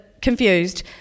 confused